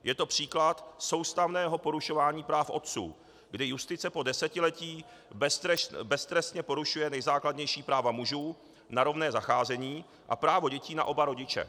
Je to příklad soustavného porušování práv otců, kdy justice po desetiletí beztrestně porušuje nejzákladnější práva mužů na rovné zacházení a právo dětí na oba rodiče.